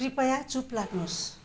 कृपया चुप लाग्नुहोस्